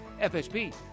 FSP